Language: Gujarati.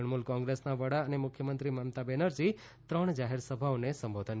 તૃણમૂલ કોંગ્રેસના વડા અને મુખ્યમંત્રી મમતા બેનરજી ત્રણ જાહેરસભાઓને સંબોધશે